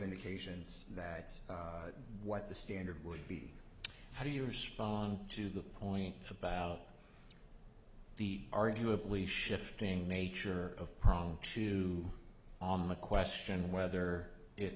indications that it's what the standard would be how do you respond to the point about the arguably shifting nature of prong two on the question whether it